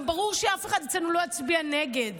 גם ברור שאף אחד אצלנו לא יצביע נגד.